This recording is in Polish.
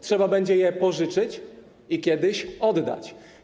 Trzeba będzie je pożyczyć i kiedyś oddać.